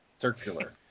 Circular